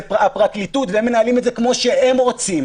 זה הפרקליטות, והם מנהלים את זה כמו שהם רוצים.